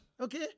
okay